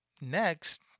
Next